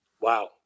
Wow